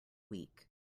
week